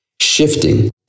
Shifting